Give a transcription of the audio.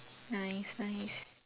nice nice